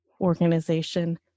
organization